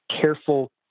careful